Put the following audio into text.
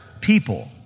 people